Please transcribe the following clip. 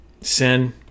Sin